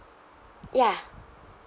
ya